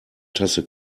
tasse